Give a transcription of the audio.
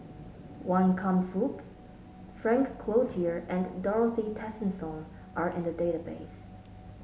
Wan Kam Fook Frank Cloutier and Dorothy Tessensohn are in the database